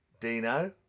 Dino